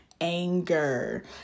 anger